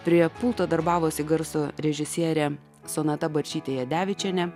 prie pulto darbavosi garso režisierė sonata baršytė jadevičienė